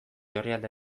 orrialde